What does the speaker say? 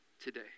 today